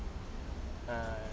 err